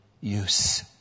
use